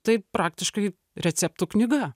tai praktiškai receptų knyga